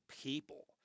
people